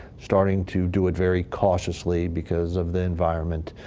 starting to do it very cautiously because of the environment.